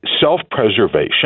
self-preservation